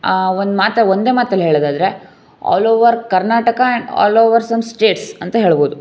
ಆ ಒಂದು ಮಾತು ಒಂದೇ ಮಾತಲ್ಲಿ ಹೇಳೋದಾದರೆ all over Karnataka and all over some states ಅಂತ ಹೇಳ್ಬೌವುದು